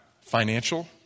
financial